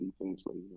defensively